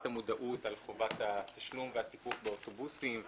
המודעות על חובת התשלום והתיקוף באוטובוסים,